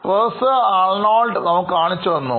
professor Arnold നമുക്ക് കാണിച്ചു തന്നു